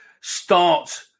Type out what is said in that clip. start